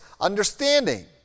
understanding